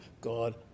God